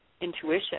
intuition